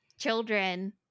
children